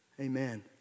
amen